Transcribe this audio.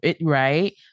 right